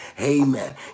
Amen